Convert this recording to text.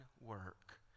work